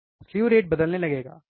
slew rate बदलने लगेगा है ना